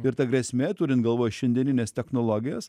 ir ta grėsmė turint galvoj šiandienines technologijas